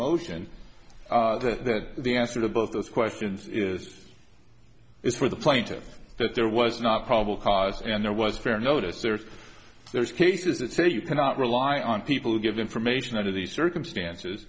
motion that the answer to both those questions is it's for the plaintiffs but there was not probable cause and there was fair notice there's there's cases that say you cannot rely on people who give information under these circumstances